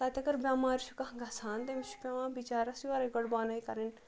تَتہِ اگر بٮ۪مار چھُ کانٛہہ گژھان تٔمِس چھُ پیوانِ بِچارس یورَے گۄڈٕ بۄنٕے کَرٕنۍ